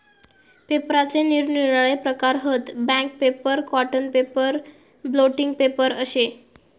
पेपराचे निरनिराळे प्रकार हत, bank paper, cotton paper, blotting paper अशे